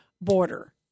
border